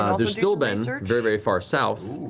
um there's stillben, so very very far south.